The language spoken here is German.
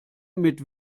mit